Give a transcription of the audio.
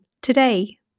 today